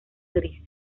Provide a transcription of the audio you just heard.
gris